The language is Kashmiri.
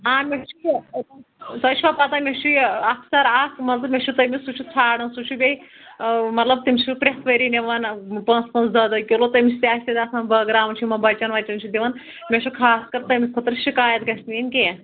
آ مےٚ چھُ یہِ تۄہہِ چھو پَتہ مےٚ چھُ یہِ اَکثَر اَکھ مطلب مےٚ چھُ تٔمِس سُہ چھُ ژھانڈان سُہ چھُ بیٚیہِ مطلب تٔمِس چھُ پرٛٮ۪تھ ؤری نِوَان پانٛژھ پانٛژھ دَہ دہ کِلوٗ تٔمِس تہِ آسہِ آسان بٲگراوُن چھُ یِمَن بَچَن وَچَن چھُ دِوَان مےٚ چھُ خاص کَر تٔمِس خٲطرٕ شِکایت گژھِ نہٕ یِنۍ کینٛہہ